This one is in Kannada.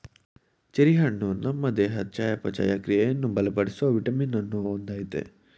ಚೆರಿ ಹಣ್ಣು ನಮ್ ದೇಹದ್ ಚಯಾಪಚಯ ಕ್ರಿಯೆಯನ್ನು ಬಲಪಡಿಸೋ ವಿಟಮಿನ್ ಅನ್ನ ಹೊಂದಯ್ತೆ